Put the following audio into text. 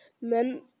men